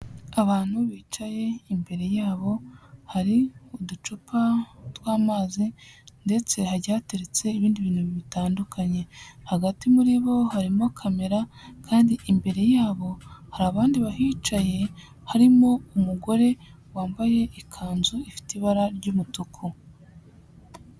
Abantu bicaye, imbere yabo hari uducupa tw'amazi ndetse hagiye hateretse ibindi bintu bitandukanye, hagati muri bo harimo kamera kandi imbere yabo hari abandi bahicaye harimo umugore wambaye ikanzu ifite ibara ry'umutuku.